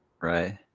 Right